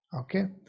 Okay